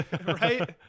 right